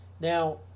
now